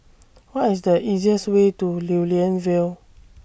What IS The easiest Way to Lew Lian Vale